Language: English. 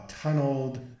tunneled